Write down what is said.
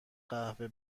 قهوه